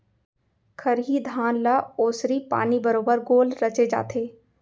खरही धान ल ओसरी पानी बरोबर गोल रचे जाथे